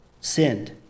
sinned